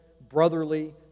brotherly